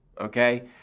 okay